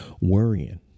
Worrying